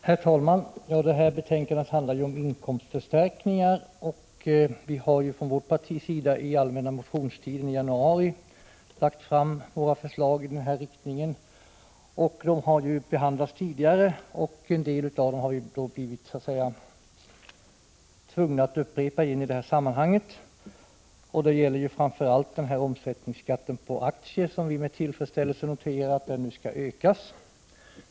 Herr talman! Det här betänkandet handlar ju om inkomstförstärkningar. Vårt parti har under allmänna motionstiden i januari lagt fram våra förslag om det. De har behandlats tidigare, och en del av dem har vi så att säga blivit tvungna att upprepa i det här sammanhanget. Det gäller framför allt de förslag som rör omsättningsskatten på aktier, som — det noterar vi med tillfredsställelse — nu skall ökas.